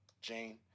Jane